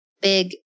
Big